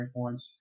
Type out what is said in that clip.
points